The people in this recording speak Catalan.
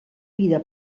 vida